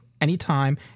anytime